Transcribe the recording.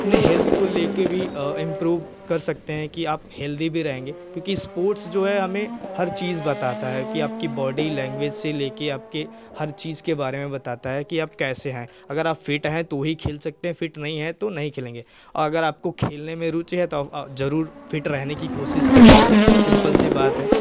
अपने हेल्थ को लेकर भी अ इम्प्रूभ कर सकते हैं की आप हेलदी भी रहेंगे क्योंकि स्पोर्ट्स जो है हमें हर चीज़ बताता है की आपकी बॉडी लैंग्वेज से लेकर आपके हर चीज़ के बारे में बताता है की आप कैसे हैं अगर आप फिट हैं तो ही खेल सकते हैं फिट नहीं हैं तो नहीं खेलेंगे अगर आपको खेलने में रूचि है तो वह ज़रूर फिट रहने की कोशिश करेंगे सिम्पल सी बात है